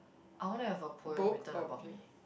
I want to have a poem written about me